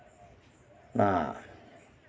ᱚᱱᱟ